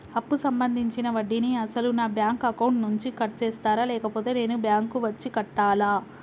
అప్పు సంబంధించిన వడ్డీని అసలు నా బ్యాంక్ అకౌంట్ నుంచి కట్ చేస్తారా లేకపోతే నేను బ్యాంకు వచ్చి కట్టాలా?